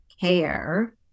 care